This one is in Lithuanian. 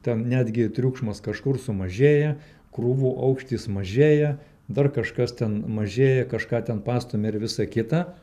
ten netgi triukšmas kažkur sumažėja krūvų aukštis mažėja dar kažkas ten mažėja kažką ten pastumia ir visa kita